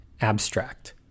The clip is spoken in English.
abstract